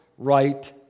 right